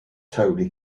totally